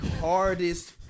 hardest